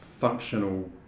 functional